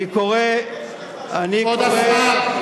תתבייש לך.